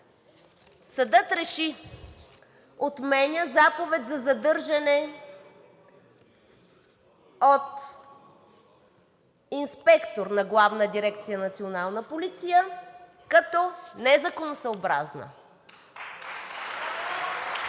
„Съдът реши: отменя заповед за задържане от инспектор на Главна дирекция „Национална полиция“ като незаконосъобразна.“